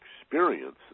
experiences